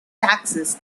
taxes